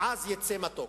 מעז יצא מתוק.